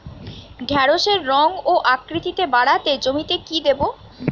ঢেঁড়সের রং ও আকৃতিতে বাড়াতে জমিতে কি দেবো?